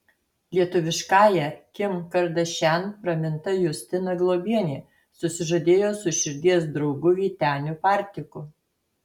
lietuviškąja kim kardašian praminta justina globienė susižadėjo su širdies draugu vyteniu partiku